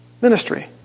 ministry